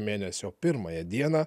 mėnesio pirmąją dieną